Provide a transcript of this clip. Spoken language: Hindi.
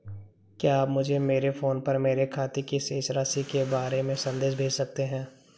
क्या आप मुझे मेरे फ़ोन पर मेरे खाते की शेष राशि के बारे में संदेश भेज सकते हैं?